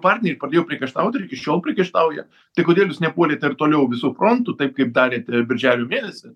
partneriai pradėjo priekaištaut ir iki šiol priekaištauja tai kodėl jūs nepuolėte ir toliau visu frontu taip kaip darėte birželio mėnesį